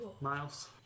miles